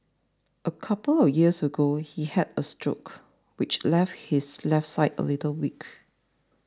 a couple of years ago he had a stroke which left his left side a little weak